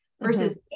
versus